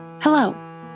Hello